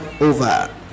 over